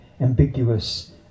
ambiguous